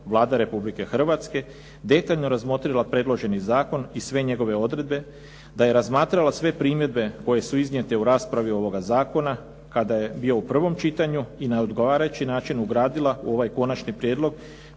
Vlada Republike Hrvatske detaljno razmotrila predloženi zakon i sve njegove odredbe, da je razmatrala sve primjedbe koje su iznijete u raspravi ovoga zakona kada je bio u prvom čitanju i na odgovarajući način ugradila u ovaj konačni prijedlog